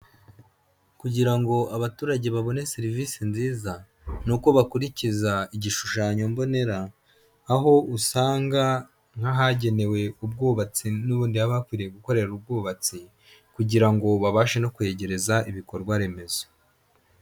Kugira ngo abaturage babone serivisi nziza, ni uko bakurikiza igishushanyo mbonera, aho usanga nk'ahagenewe ubwubatsi nubundi haba hakwiriye gukorera ubwubatsi, kugira ngo babashe no kwegereza ibikorwaremezo.